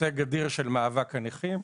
הישג אדיר של מאבק הנכים.